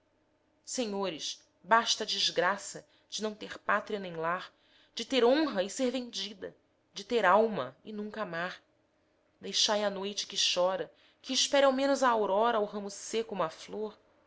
senhores basta a desgraça de não ter pátria nem lar de ter honra e ser vendida de ter alma e nunca amar deixai à noite que chora que espere ao menos a aurora ao ramo seco uma flor